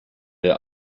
der